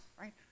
right